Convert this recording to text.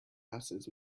houses